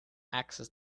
access